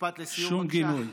שום גינוי.